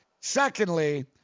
Secondly